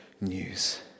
news